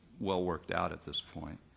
well worked out at this point.